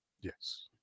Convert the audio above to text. Yes